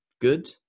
good